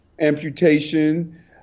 amputation